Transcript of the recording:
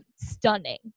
stunning